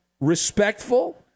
respectful